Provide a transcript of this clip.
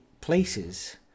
places